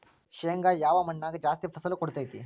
ಶೇಂಗಾ ಯಾವ ಮಣ್ಣಾಗ ಜಾಸ್ತಿ ಫಸಲು ಕೊಡುತೈತಿ?